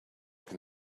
can